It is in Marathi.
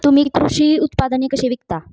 तुम्ही कृषी उत्पादने कशी विकता?